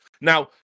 Now